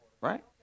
Right